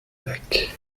weg